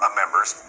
members